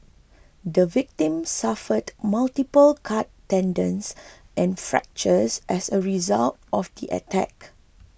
the victim suffered multiple cut tendons and fractures as a result of the attack